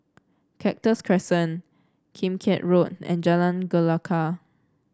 Cactus Crescent Kim Keat Road and Jalan Gelegar